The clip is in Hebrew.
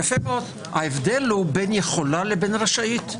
ההבדל הוא בין יכולה לרשאית.